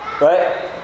Right